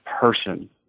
person